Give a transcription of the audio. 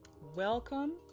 Welcome